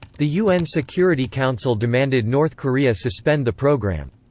the un security council demanded north korea suspend the program.